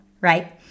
right